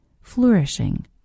flourishing